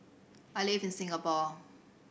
I live in Singapore